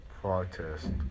protest